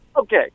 Okay